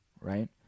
right